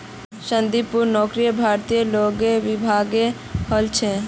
संदीपेर नौकरी भारतीय लेखा विभागत हल छ